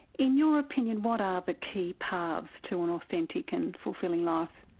in your opinion, what are the key paths to an authentic and fulfilling life?